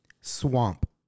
Swamp